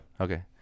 Okay